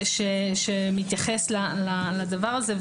שמתייחס לדבר הזה,